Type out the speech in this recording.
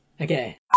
Okay